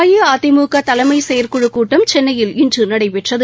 அஇஅதிமுக தலைமை செயற்குழுக் கூட்டம் சென்னையில் இன்று நடைபெற்றது